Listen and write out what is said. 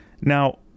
Now